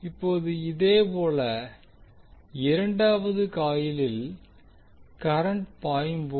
இப்போது இதேபோல் இரண்டாவது காயிலில் கரண்ட் பாயும் போது